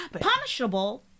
punishable